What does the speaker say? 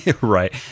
Right